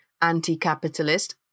anti-capitalist